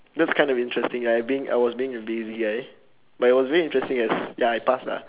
just kind of interesting ya I being I was being a lazy guy but it was very interesting as ya I passed lah